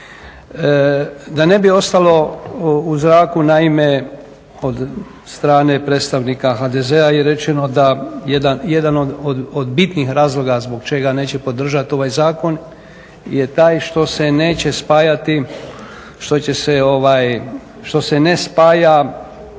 Da ne bi ostalo u zraku, naime, od strane predstavnika HDZ-a je rečeno da jedan od bitnijih razloga zbog čega neće podržati ovaj zakon je taj što se neće spajati, što će se,